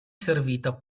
servita